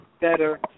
better